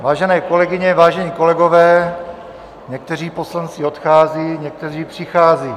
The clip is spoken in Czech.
Vážené kolegyně, vážení kolegové, někteří poslanci odcházejí, někteří přicházejí.